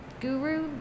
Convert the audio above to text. guru